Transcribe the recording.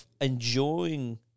enjoying